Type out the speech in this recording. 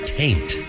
taint